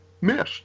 missed